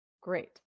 Great